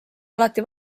alati